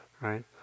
right